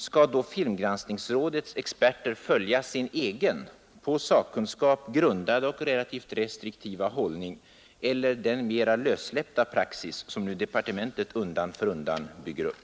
Skall då filmgranskningsrådets experter följa sin egen på sakkunskap grundade och relativt restriktiva hållning eller den mera lössläppta praxis som departementet nu undan för undan bygger upp?